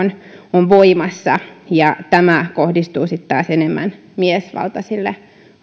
on voimassa ja tämä kohdistuu sitten taas enemmän miesvaltaisille